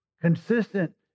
consistent